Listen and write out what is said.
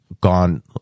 gone